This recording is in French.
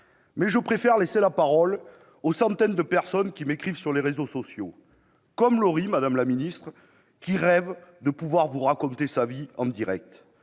Mais je préfère laisser la parole aux centaines de personnes qui m'écrivent sur les réseaux sociaux. Comme Laurie, elles rêvent, madame la secrétaire d'État, de pouvoir vous raconter leur vie en direct.